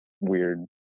weird